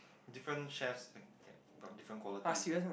different chefs can get got different quality